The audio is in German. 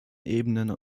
ebenen